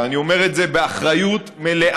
ואני אומר את זה באחריות מלאה,